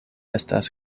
estas